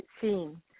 seen